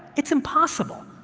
it's impossible.